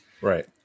right